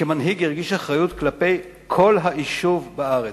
כמנהיג הרגיש אחריות כלפי כל היישוב בארץ,